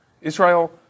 Israel